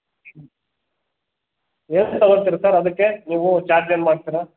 ಹ್ಞೂ ಏನು ತಗೋಳ್ತೀರಾ ಸರ್ ಅದಕ್ಕೆ ನೀವು ಚಾರ್ಜ್ ಏನು ಮಾಡ್ತೀರಾ